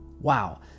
Wow